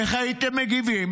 איך הייתם מגיבים?